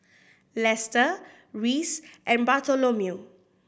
Lester Reece and Bartholomew